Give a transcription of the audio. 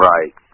Right